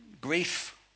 Grief